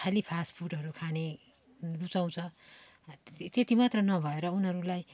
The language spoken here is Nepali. खालि फास्ट फुडहरू खाने रुचाउँछ त्यति मात्र नभएर उनीहरूलाई